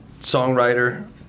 songwriter